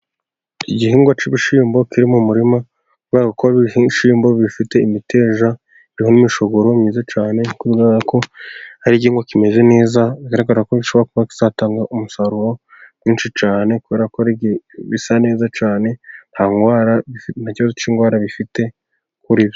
Igihingwa cy'ibishyimbo kiri mu murima, kubera ko ibishyimbo bifite imiteja iriho imishogoro myiza cyane, kubera ko ari igihigwa kimeze neza, bigaragara ko gishobora kuba kizatanga umusaruro mwinshi cyane, kubera ko bisa neza cyane nta ndwara, nta kibazo cy'indwara bifite ku...